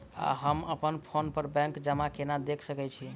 हम अप्पन फोन पर बैंक जमा केना देख सकै छी?